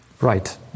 right